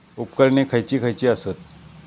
उपकरणे खैयची खैयची आसत?